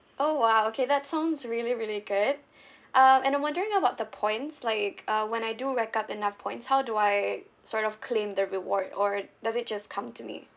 oh !wow! okay that sounds really really good um and I'm wondering about the points like uh when I do rack up enough points how do I sort of claim the reward or does it just come to me